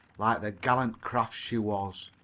like the gallant craft she was.